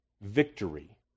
victory